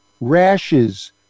rashes